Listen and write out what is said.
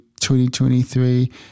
2023